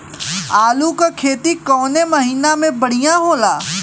आलू क खेती कवने महीना में बढ़ियां होला?